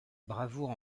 bravoure